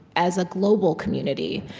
as a global community.